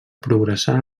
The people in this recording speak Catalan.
progressar